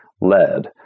lead